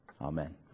Amen